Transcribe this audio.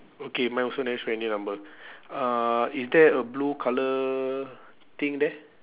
okay mine also never show any number uh is there a blue colour thing there